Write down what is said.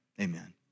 amen